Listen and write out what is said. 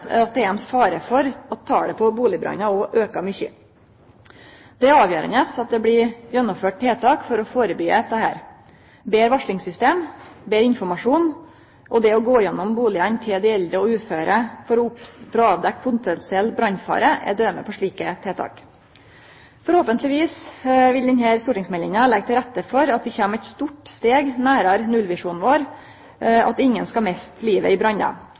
at det er ein fare for at talet på bustadbrannar også vil auke mykje. Det er avgjerande at det blir gjennomført tiltak for å førebyggje dette. Betre varslingssystem, betre informasjon og det å gå gjennom bustadene til dei eldre og uføre for å avdekkje potensiell brannfare er døme på slike tiltak. Forhåpentlegvis vil denne stortingsmeldinga leggje til rette for at vi kjem eit stort steg nærare nullvisjonen vår – at ingen skal miste livet i